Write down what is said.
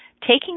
taking